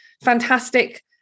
Fantastic